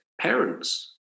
parents